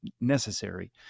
necessary